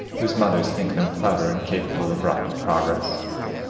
whose mothers think them clever and capable of rapid progress.